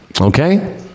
okay